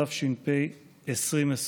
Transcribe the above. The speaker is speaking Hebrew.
התש"ף 2020,